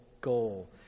goal